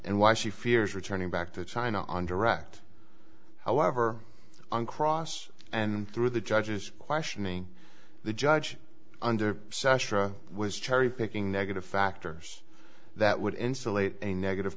and why she fears returning back to china on direct however on cross and through the judge's questioning the judge under sascha was cherry picking negative factors that would insulate a negative